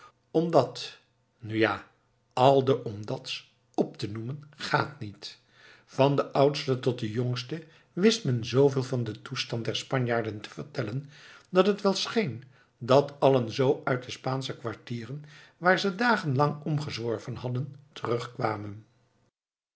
spreken omdat nu ja al de omdats op te noemen gaat niet van den oudste tot den jongste wist men zooveel van den toestand der spanjaarden te vertellen dat het wel scheen dat allen zoo uit de spaansche kwartieren waar ze dagen lang omgezworven hadden terugkwamen